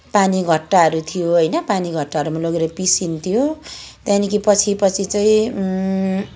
पानीघट्टाहरू थियो होइन पानीघट्टाहरूमा लगेर पिसिन्थ्यो त्यहाँदेखि पछि पछि चाहिँ